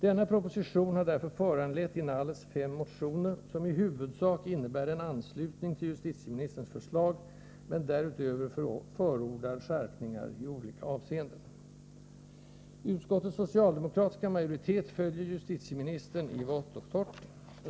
Denna proposition har därför föranlett inalles fem motioner, som i huvudsak innebär en anslutning till justitieministerns förslag men därutöver förordar skärpningar i olika avseenden. Utskottets socialdemokratiska majoritet följer justitieministern i vått och torrt.